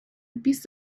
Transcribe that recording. piece